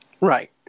Right